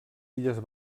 illes